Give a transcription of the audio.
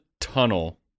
tunnel